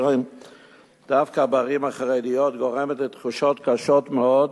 דווקא בערים החרדיות גורמת לתחושות קשות מאוד,